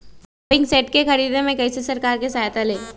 Pumping set के ख़रीदे मे कैसे सरकार से सहायता ले?